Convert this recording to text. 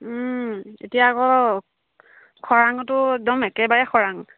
এতিয়া আকৌ খৰাঙতো একদম একেবাৰে খৰাং